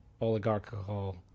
oligarchical